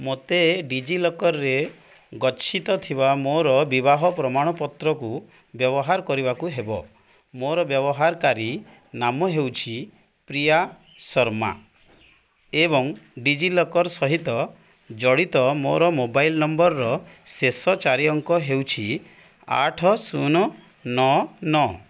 ମୋତେ ଡି ଜି ଲକର୍ରେ ଗଚ୍ଛିତ ଥିବା ମୋର ବିବାହ ପ୍ରମାଣପତ୍ରକୁ ବ୍ୟବହାର କରିବାକୁ ହେବ ମୋର ବ୍ୟବହାରକାରୀ ନାମ ହେଉଛି ପ୍ରିୟା ଶର୍ମା ଏବଂ ଡି ଜି ଲକର୍ ସହିତ ଜଡ଼ିତ ମୋର ମୋବାଇଲ୍ ନମ୍ବର୍ର ଶେଷ ଚାରି ଅଙ୍କ ହେଉଛି ଆଠ ଶୂନ ନଅ ନଅ